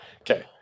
Okay